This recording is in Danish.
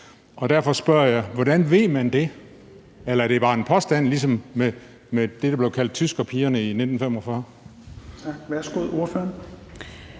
op. Derfor spørger jeg: Hvordan ved man det? Eller er det bare en påstand, ligesom da man kaldte nogle tyskerpiger i 1945?